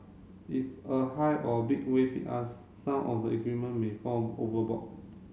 if a high or big wave hit us some of the equipment may fall overboard